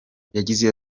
yagize